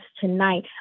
tonight